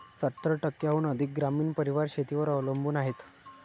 सत्तर टक्क्यांहून अधिक ग्रामीण परिवार शेतीवर अवलंबून आहेत